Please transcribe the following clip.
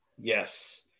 Yes